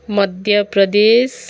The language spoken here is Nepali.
मध्य प्रदेश